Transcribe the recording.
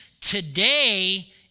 Today